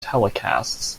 telecasts